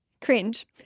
Cringe